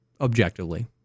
objectively